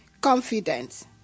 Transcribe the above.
confident